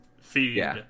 feed